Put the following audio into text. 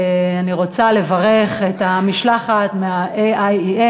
אני רוצה לברך את המשלחת מה-AIEF,